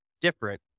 different